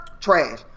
Trash